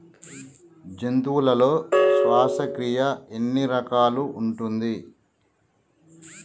జంతువులలో శ్వాసక్రియ ఎన్ని రకాలు ఉంటది?